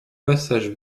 passage